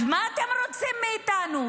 אז מה אתם רוצים מאיתנו?